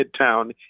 Midtown